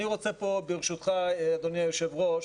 אני רוצה ברשותך אדוני היושב ראש